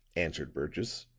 answered burgess,